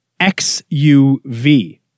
XUV